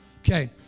Okay